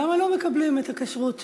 למה לא מקבלים את הכשרות שלה?